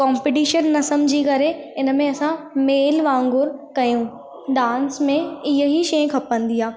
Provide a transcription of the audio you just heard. competition न सम्झी करे इन में असां मेल वांगुरु कयूं डांस में इहा ई शइ खपंदी आहे